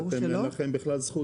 ברור שבכלל אין לכם זכות,